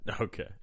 okay